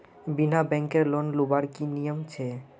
बिना बैंकेर लोन लुबार की नियम छे?